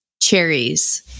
cherries